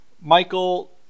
Michael